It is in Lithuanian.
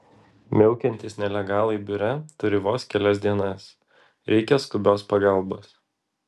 miaukiantys nelegalai biure turi vos kelias dienas reikia skubios pagalbos